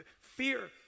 Fear